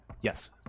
Yes